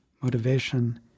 motivation